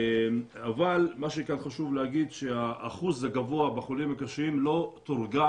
אבל מה שכאן חשוב להגיד שהאחוז הגבוה בחולים הקשים לא תורגם